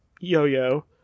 yo-yo